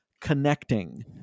connecting